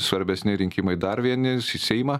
svarbesni rinkimai dar vieni į seimą